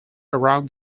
around